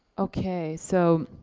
okay, so.